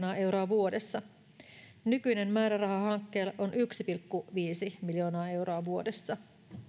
vuodessa nykyinen määräraha hankkeelle on yksi pilkku viisi miljoonaa euroa vuodessa